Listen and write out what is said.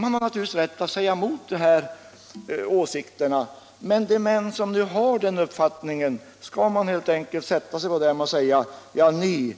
Naturligtvis har man rätt att kritisera de här åsikterna, men skall man helt enkelt sätta sig på de män som har denna uppfattning och säga: ”Ja, ni